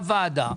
לוועדה,